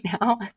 now